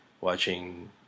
watching